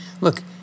look